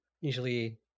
usually